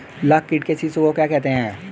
लाख कीट के शिशु को क्या कहते हैं?